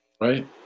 Right